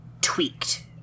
tweaked